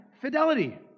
fidelity